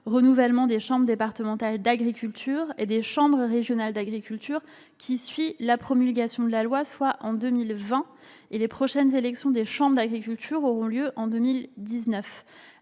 renouvellement des chambres départementales d'agriculture et des chambres régionales d'agriculture qui suit la promulgation de la loi, soit en 2020- les prochaines élections des chambres d'agriculture auront lieu en 2019.